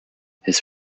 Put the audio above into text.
his